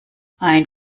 ein